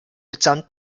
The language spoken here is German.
mitsamt